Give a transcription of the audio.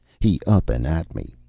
he up and at me.